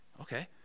okay